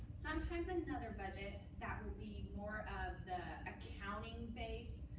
sometimes, another budget, that will be more of the accounting base,